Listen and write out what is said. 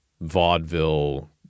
vaudeville